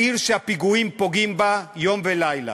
העיר שהפיגועים פוגעים בה יום ולילה: